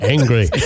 Angry